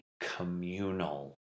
communal